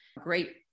great